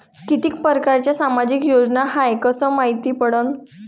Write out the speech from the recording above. कितीक परकारच्या सामाजिक योजना हाय कस मायती पडन?